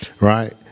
right